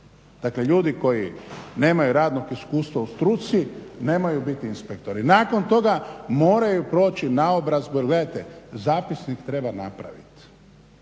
Dakle, ljudi koji nemaju radnog iskustva u struci nemaju biti inspektori. Nakon toga moraju proći naobrazbu. Jer gledajte, zapisnik treba napraviti